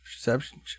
perception